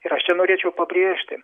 ir aš čia norėčiau pabrėžti